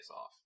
off